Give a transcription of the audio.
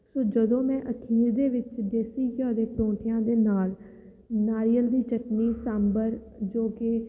ਸੋ ਜਦੋਂ ਮੈਂ ਅਖੀਰ ਦੇ ਵਿੱਚ ਦੇਸੀ ਘਿਓ ਦੇ ਪਰੌਂਠਿਆਂ ਦੇ ਨਾਲ ਨਾਰੀਅਲ ਦੀ ਚਟਨੀ ਸਾਂਬਰ ਜੋ ਕਿ